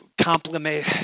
compliment